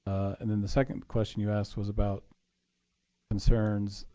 and then the second question you asked was about concerns.